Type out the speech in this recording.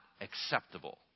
acceptable